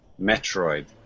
Metroid